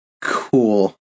Cool